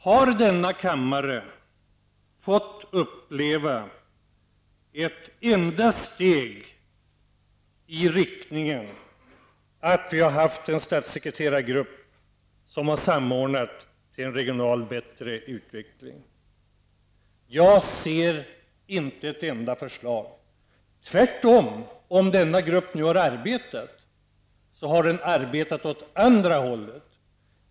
Har denna kammare fått uppleva ett enda steg i riktning mot att vi har haft en statssekreterargrupp som har samordnat till en bättre regional utveckling? Jag har inte sett ett enda förslag tvärtom. Om denna grupp nu har arbetat, så har den i så fall arbetat åt andra hållet.